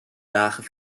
dagen